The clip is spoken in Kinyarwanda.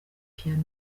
piano